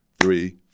three